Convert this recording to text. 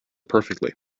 perfectly